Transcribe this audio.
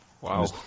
Wow